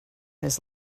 his